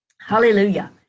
Hallelujah